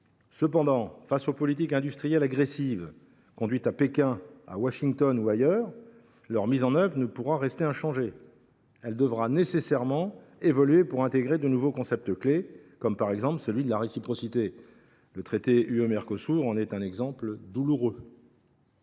Cependant, face aux politiques industrielles agressives conduites à Pékin, à Washington ou ailleurs, leur mise en œuvre ne pourra rester en l’état : elle devra nécessairement évoluer pour intégrer de nouveaux concepts clés, par exemple celui de la réciprocité. Le traité Union européenne Mercosur en est un exemple douloureux.